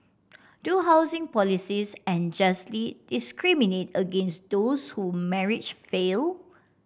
do housing policies unjustly discriminate against those who marriage failed